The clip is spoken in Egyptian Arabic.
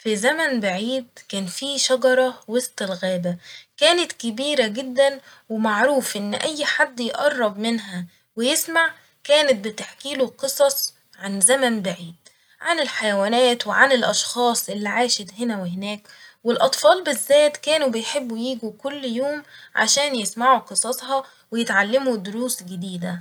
ف زمن بعيد كان في شجرة وسط الغابة ، كانت كبيرة جدا ومعروف إن أي حد يقرب منها ويسمع كانت بتحكيله قصص عن زمن بعيد عن الحيوانات وعن الأشخاص اللي عاشت هنا وهناك والأطفال بالذات كانوا بيحبوا يجو كل يوم عشان يسمعوا قصصها ويتعلموا دروس جديدة